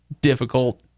Difficult